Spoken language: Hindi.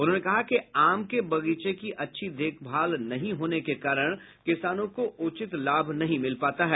उन्होंने कहा कि आम के बगीचे की अच्छी देखभाल नहीं होने के कारण किसानों को उचित लाभ नहीं मिल पाता है